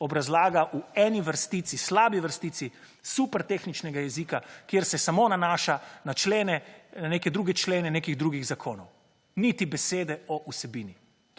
obrazlaga v slabi vrstici super-tehničnega jezika, kjer se samo nanaša na neke druge člene nekih drugih zakonov. Niti besede o vsebini.